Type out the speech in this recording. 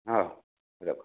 ହଉ ରଖ